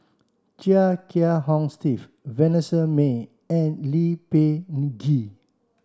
Chia Kiah Hong Steve Vanessa Mae and Lee Peh Gee